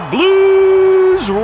Blues